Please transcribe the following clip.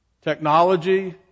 Technology